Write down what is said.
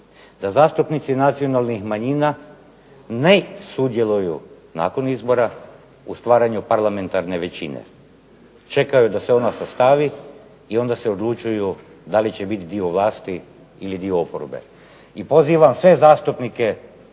da zastupnici nacionalnih manjina ne sudjeluju nakon izbora u stvaranju parlamentarne većine. Čekaju da se ona sastavi i onda se odlučuju da li će biti dio vlasti ili dio oporbe. I pozivam sve zastupnike